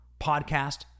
podcast